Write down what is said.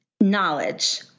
Knowledge